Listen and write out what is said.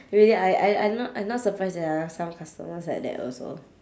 really I I I I'm not I'm not surprised there are some customers like that also